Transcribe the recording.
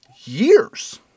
years